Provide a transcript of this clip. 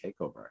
takeover